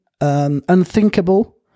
Unthinkable